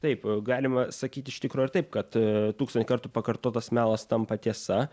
taip galima sakyt iš tikro ir taip kad tūkstantį kartų pakartotas melas tampa tiesa